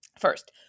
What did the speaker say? First